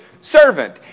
servant